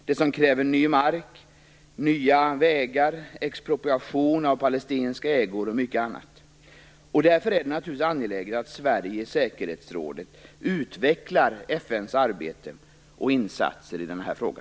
De kräver ny mark, nya vägar, expropriation av palestinska ägor och mycket annat. Därför är det naturligtvis angeläget att Sverige i säkerhetsrådet utvecklar FN:s arbete och insatser i denna fråga.